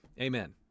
Amen